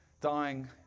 dying